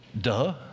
Duh